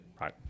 Right